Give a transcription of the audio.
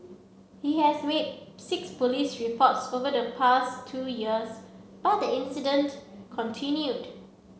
he has made six police reports over the past two years but the incident continued